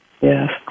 Yes